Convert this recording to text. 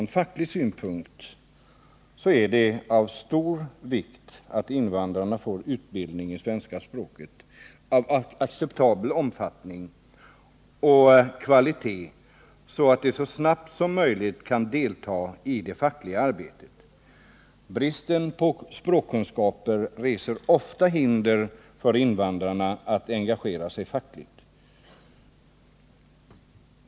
Ur facklig synpunkt är det av stor vikt att invandrarna får utbildning i svenska språket av acceptabel omfattning och kvalitet så att de så snabbt som möjligt kan delta i det fackliga arbetet. Bristen på språkkunskaper reser ofta hinder för invandrarna att engagera sig fackligt.